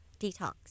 detox